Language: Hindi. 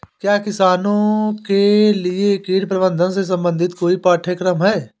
क्या किसानों के लिए कीट प्रबंधन से संबंधित कोई पाठ्यक्रम है?